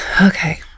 Okay